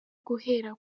guhera